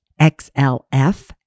XLF